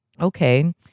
Okay